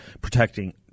protecting